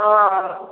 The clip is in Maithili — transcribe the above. हँ